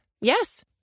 Yes